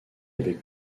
avec